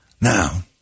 Now